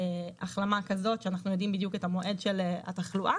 החלמה כזאת שאנחנו יודעים בדיוק את המועד של התחלואה.